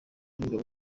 w’ingabo